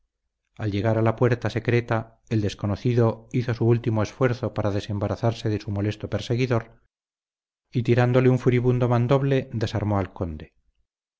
al llegar a la puerta secreta el desconocido hizo su último esfuerzo para desembarazarse de su molesto perseguidor y tirándole un furibundo mandoble desarmó al conde